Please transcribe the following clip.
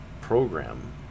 program